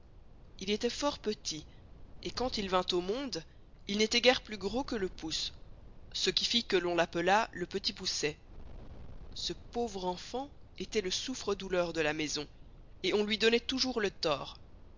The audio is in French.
il estoit fort petit et quand il vint au monde il n'estoit guere plus gros que le pouce ce qui fit que l'on l'appella le petit poucet ce pauvre enfant estoit le souffre douleurs de la maison et on luy donnoit toûjours le tort